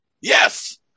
Yes